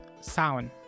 Sound